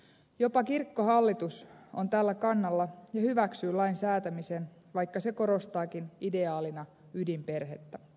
jopa kirkkohallitus on tällä kannalla ja hyväksyy lain säätämisen vaikka se korostaakin ideaalina ydinperhettä